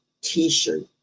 t-shirt